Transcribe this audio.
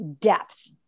depth